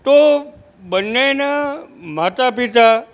તો બંનેના માતાપિતા